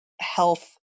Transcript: health